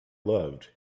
loved